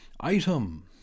Item